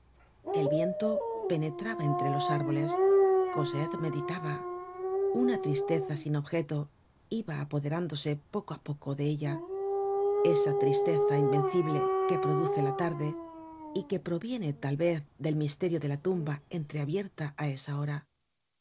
el viento penetraba entre los árboles cosette meditaba una tristeza sin objeto iba apoderándose poco á poco de ella esa tristeza invencible que produce la tarde y que proviene tal vez del misterio de la tumba entreabierta á esa hora